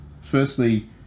Firstly